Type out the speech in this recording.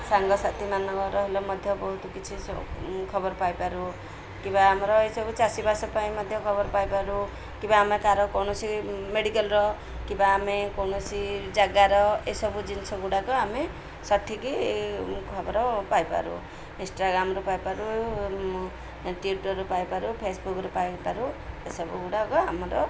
ସାଙ୍ଗ ସାଥିମାନଙ୍କର ହେଲେ ମଧ୍ୟ ବହୁତ କିଛି ଖବର ପାଇପାରୁ କିମ୍ବା ଆମର ଏସବୁ ଚାଷୀବାସ ପାଇଁ ମଧ୍ୟ ଖବର ପାଇପାରୁ କିମ୍ବା ଆମେ ତାର କୌଣସି ମେଡ଼ିକାଲ୍ର କିମ୍ବା ଆମେ କୌଣସି ଜାଗାର ଏସବୁ ଜିନିଷ ଗୁଡ଼ାକ ଆମେ ସଠିକ୍ ଖବର ପାଇପାରୁ ଇନଷ୍ଟାଗ୍ରାମ୍ରୁ ପାଇପାରୁ ଟ୍ଯୁଟର୍ରୁ ପାଇପାରୁ ଫେସବୁକ୍ରୁ ପାଇପାରୁ ଏସବୁ ଗୁଡ଼ାକ ଆମର